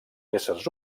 éssers